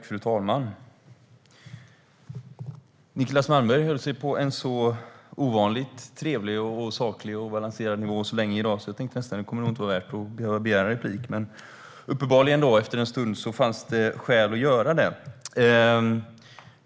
Fru talman! Niclas Malmberg höll sig på en ovanligt trevlig, saklig och balanserad nivå så länge i dag att jag tänkte att det nästan inte skulle vara värt att begära replik, men efter en stund fanns det uppenbarligen ändå skäl att göra det.